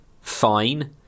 fine